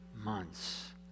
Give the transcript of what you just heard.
months